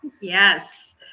Yes